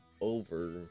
over